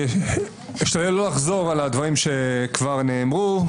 אשתדל לא לחזור על הדברים שכבר נאמרו.